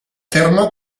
terme